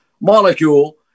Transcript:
molecule